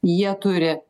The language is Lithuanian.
jie turi